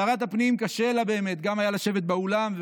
לשרת הפנים היה קשה באמת גם לשבת באולם,